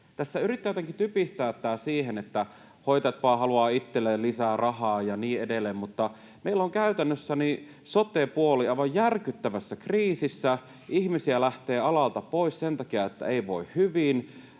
Tässä yritetään jotenkin typistää tämä siihen, että hoitajat vain haluavat itselleen lisää rahaa ja niin edelleen, mutta meillä on käytännössä sote-puoli aivan järkyttävässä kriisissä. Ihmisiä lähtee alalta pois sen takia, että ei voi hyvin.